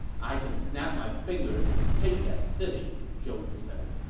i can snap my fingers and take that city, zhou yu said.